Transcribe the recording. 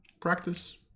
practice